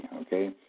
okay